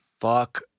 Fuck